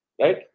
right